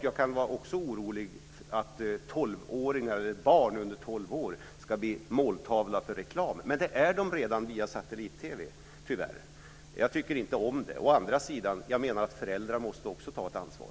Jag kan också vara orolig över att barn under tolv år ska bli måltavla för reklam. Men det är de redan via satellit-TV. Tyvärr. Jag tycker inte om det, men jag menar också att föräldrar måste ta ett ansvar.